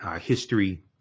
history